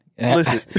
Listen